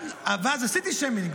ואז עשיתי שיימינג,